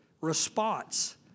response